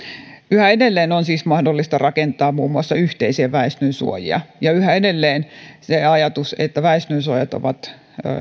yhä edelleen on siis mahdollista rakentaa muun muassa yhteisiä väestönsuojia ja yhä edelleen se ajatus että väestönsuojat ovat